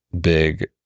big